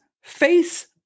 Face